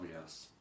yes